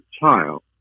child